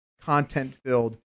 content-filled